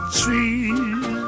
trees